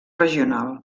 regional